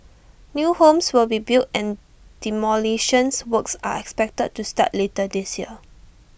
new homes will be built and demolition works are expected to start later this year